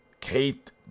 Kate